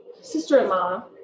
sister-in-law